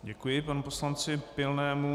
Děkuji panu poslanci Pilnému.